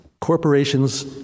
corporations